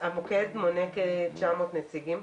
המוקד מונה כ-900 נציגים.